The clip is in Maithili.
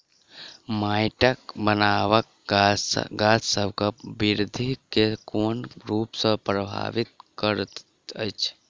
माइटक बनाबट गाछसबक बिरधि केँ कोन रूप सँ परभाबित करइत अछि?